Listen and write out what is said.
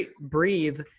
Breathe